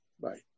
Bye